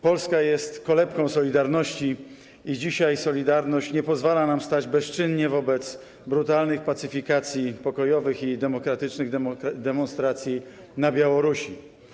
Polska jest kolebką „Solidarności” i dzisiaj solidarność nie pozwala nam stać bezczynnie wobec brutalnych pacyfikacji pokojowych i demokratycznych demonstracji na Białorusi.